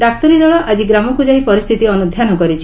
ଡାକ୍ତରୀ ଦଳ ଆଜି ଗ୍ରାମକୁ ଯାଇ ପରିସ୍ଚିତି ଅନୁଧ୍ୟାନ କରିଛି